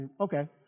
okay